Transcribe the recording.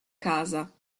casa